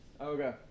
Okay